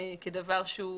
כדבר שהוא